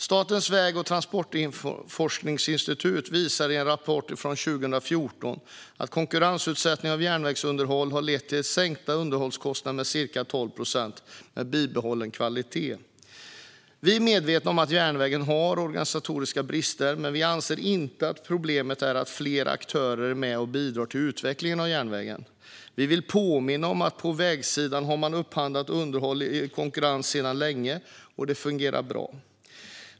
Statens väg och transportforskningsinstitut visar i en rapport från 2014 att konkurrensutsättning av järnvägsunderhåll har lett till sänkta underhållskostnader med ca 12 procent med bibehållen kvalitet. Vi är medvetna om att järnvägen har organisatoriska brister, men vi anser inte att problemet är att fler aktörer är med och bidrar till utvecklingen av järnvägen. Vi vill påminna om att på vägsidan har man upphandlat underhåll i konkurrens sedan länge, och det fungerar bra.